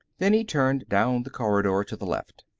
then he turned down the corridor to the left.